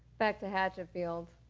back to hatchetfield.